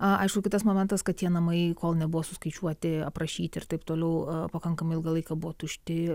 aišku kitas momentas kad tie namai kol nebuvo suskaičiuoti aprašyti ir taip toliau pakankamai ilgą laiką buvo tušti